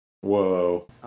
Whoa